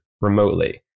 remotely